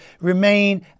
remain